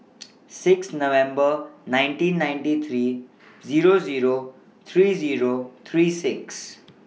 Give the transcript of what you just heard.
six November nineteen ninety three Zero Zero three Zero three six